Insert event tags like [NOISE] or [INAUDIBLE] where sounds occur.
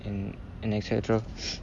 and and et cetera [BREATH]